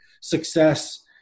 success